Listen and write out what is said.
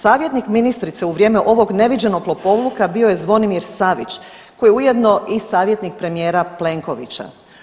Savjetnik ministrice u vrijeme ovog neviđenog lopovluka bio je Zvonimir Savić koji je ujedno i savjetnik premijera Plenkovića.